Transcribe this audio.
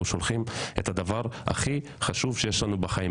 שולחים את הדבר הכי חשוב שיש לנו בחיים.